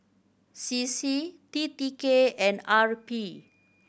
C C T T K and R P